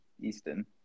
Easton